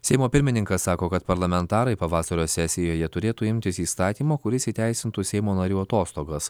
seimo pirmininkas sako kad parlamentarai pavasario sesijoje turėtų imtis įstatymo kuris įteisintų seimo narių atostogas